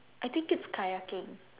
I think it's kayaking